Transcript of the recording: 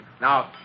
Now